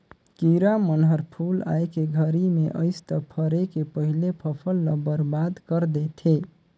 किरा मन हर फूल आए के घरी मे अइस त फरे के पहिले फसल ल बरबाद कर देथे